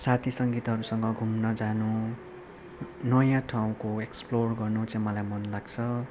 साथी सङ्गीहरूसँग घुम्न जानु नयाँ ठाउँको एक्सफ्लोर गर्नु चाहिँ मलाई मन लाग्छ